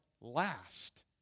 last